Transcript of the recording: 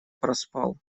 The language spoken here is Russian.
проспал